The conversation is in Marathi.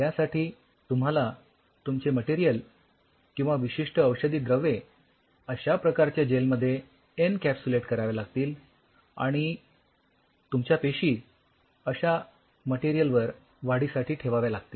यासाठी तुम्हाला तुमचे मटेरिअल किंवा विशिष्ठ औषधी द्रव्ये अश्या प्रकारच्या जेलमध्ये एनकॅप्सुलेट कराव्या लागतील आणि तुमच्या पेशी अश्या मटेरिअल वर वाढीसाठी ठेवाव्या लागतील